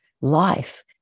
life